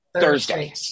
Thursday